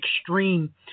extreme